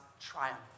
triumph